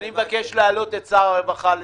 אני מבקש להעלות את שר הרווחה בזום,